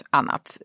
annat